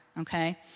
Okay